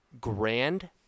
Grand